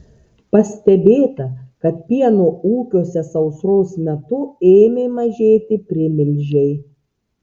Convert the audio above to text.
pastebėta kad pieno ūkiuose sausros metu ėmė mažėti primilžiai